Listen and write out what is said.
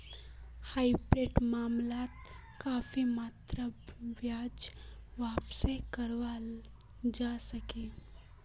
हाइब्रिडेर मामलात काफी मात्रात ब्याजक वापसो कराल जा छेक